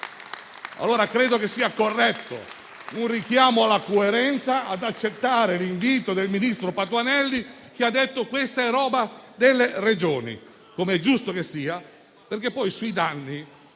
Credo sia corretto un richiamo alla coerenza e ad accettare l'invito del ministro Patuanelli, che ha detto che questa è materia delle Regioni, come è giusto che sia, perché poi sui danni